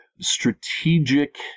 strategic